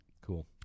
Cool